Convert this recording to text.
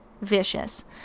Vicious